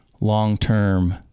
long-term